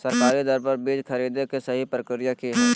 सरकारी दर पर बीज खरीदें के सही प्रक्रिया की हय?